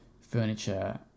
furniture